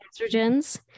estrogens